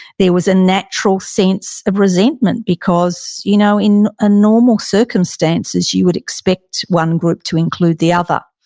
there was a natural sense of resentment because you know in a normal circumstances you would expect one group to include the other.